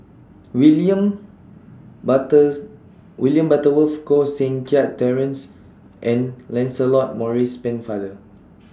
William butters William Butterworth Koh Seng Kiat Terence and Lancelot Maurice Pennefather